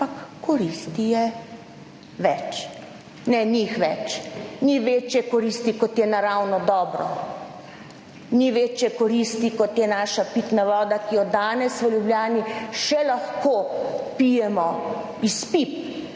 ampak koristi je več. Ne, ni jih več! Ni večje koristi, kot je naravno dobro. Ni večje koristi, kot je naša pitna voda, ki jo danes v Ljubljani še lahko pijemo iz pip.